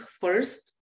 first